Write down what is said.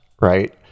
right